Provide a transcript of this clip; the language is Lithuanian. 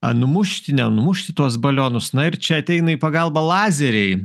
a numušt nenumušti tuos balionus na ir čia ateina į pagalbą lazeriai